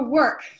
work